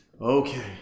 Okay